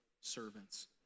servants